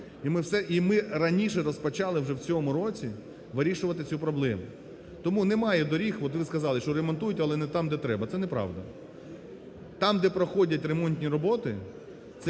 в цьому році вирішувати цю проблему. Тому немає доріг, от ви сказали, що ремонтуйте, але не там, де треба. Це неправда. Там, де проходять ремонтні роботи,